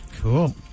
Cool